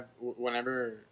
whenever